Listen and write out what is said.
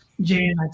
Jane